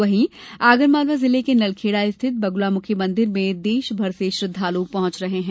वहीं आगरमालवा जिले के नलखेडा स्थित बगलामुखी मंदिर में देशभर से श्रद्वालु पहुंच रहे हैं